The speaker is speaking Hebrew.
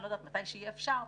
אני לא יודעת מתי יהיה אפשר,